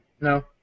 No